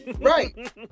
Right